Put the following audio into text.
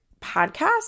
podcast